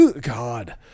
God